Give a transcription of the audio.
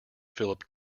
philip